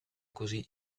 così